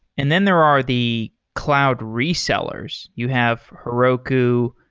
and then there are the cloud resellers you have heroku,